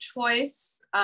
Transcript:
choice